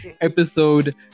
episode